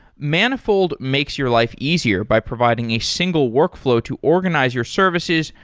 manifold makes your life easier by providing a single workflow to organize your services,